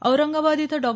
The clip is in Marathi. औरंगाबाद इथं डॉ